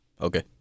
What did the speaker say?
Okay